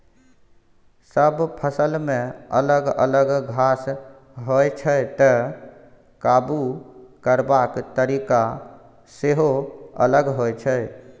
सब फसलमे अलग अलग घास होइ छै तैं काबु करबाक तरीका सेहो अलग होइ छै